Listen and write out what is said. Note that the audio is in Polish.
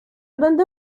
będę